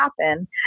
happen